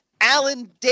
Alan